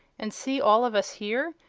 and see all of us here,